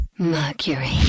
Mercury